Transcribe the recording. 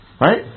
Right